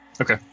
Okay